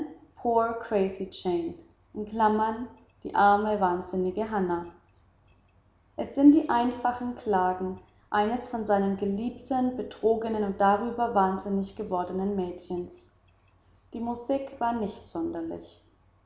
die arme wahnsinnige hanna es sind die einfachen klagen eines von seinem geliebten betrogenen und darüber wahnsinnig gewordenen mädchens die musik war nicht sonderlich